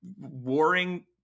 warring